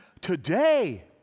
today